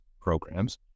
programs